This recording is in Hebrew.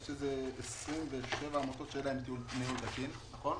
יש 27 עמותות שאין להם ניהול תקין, נכון?